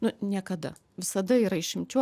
nu niekada visada yra išimčių